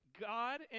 God